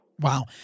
Wow